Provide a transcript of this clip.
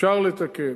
אפשר לתקן.